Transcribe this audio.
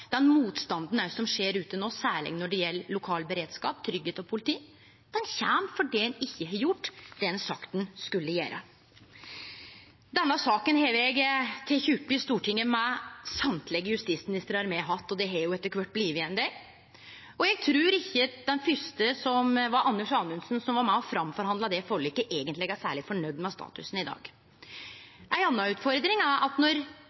den motstanden som er der ute no, særleg når det gjeld lokal beredskap, tryggleik og politi, kjem av at ein ikkje har gjort det ein har sagt ein skulle gjere. Denne saka har eg teke opp i Stortinget med alle justisministrane me har hatt, og det har jo etter kvart blitt ein del. Eg trur ikkje den første, som var Anders Anundsen, og som var med på å forhandle fram forliket, eigentleg er særleg fornøgd med statusen i dag. Ei anna utfordring er at